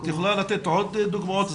את יכולה לתת עוד דוגמאות?